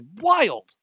wild